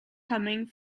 coming